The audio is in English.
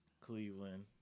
Cleveland